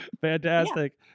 Fantastic